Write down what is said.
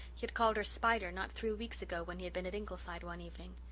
he had called her spider not three weeks ago when he had been at ingleside one evening.